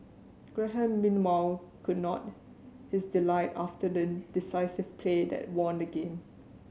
Graham meanwhile could not his delight after the decisive play that won the game